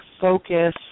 focus